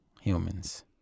Humans